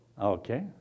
Okay